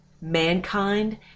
Mankind